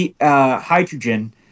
hydrogen